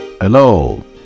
Hello